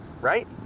right